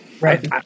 Right